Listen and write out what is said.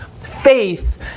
faith